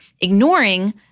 ignoring